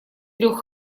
трех